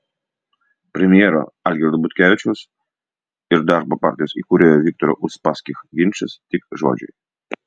premjero algirdo butkevičiaus ir darbo partijos įkūrėjo viktoro uspaskich ginčas tik žodžiai